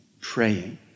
Praying